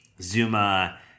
Zuma